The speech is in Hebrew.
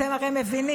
אתם הרי מבינים,